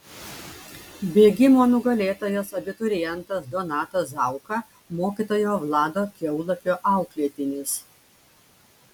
bėgimo nugalėtojas abiturientas donatas zauka mokytojo vlado kiaulakio auklėtinis